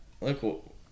look